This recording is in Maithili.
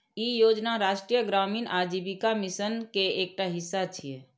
ई योजना राष्ट्रीय ग्रामीण आजीविका मिशन के एकटा हिस्सा छियै